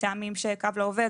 מטעמים שקו לעובד,